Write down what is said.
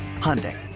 Hyundai